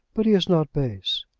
but he is not base.